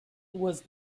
was